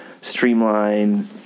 streamline